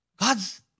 God's